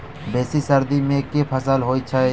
बेसी सर्दी मे केँ फसल होइ छै?